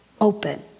open